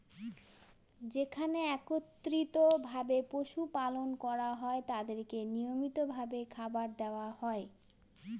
যেখানে একত্রিত ভাবে পশু পালন করা হয় তাদেরকে নিয়মিত ভাবে খাবার দেওয়া হয়